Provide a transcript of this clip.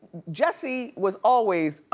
jesse was always.